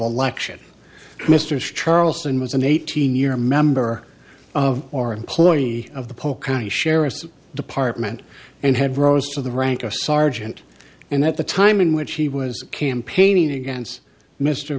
election misters charleson was an eighteen year member of or employee of the polk county sheriff's department and had rose to the rank of sergeant and at the time in which he was campaigning against mr